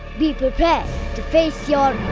be prepared to face your